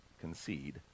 concede